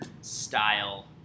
style